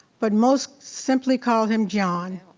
but most simply call him john.